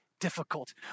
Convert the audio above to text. difficult